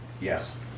Yes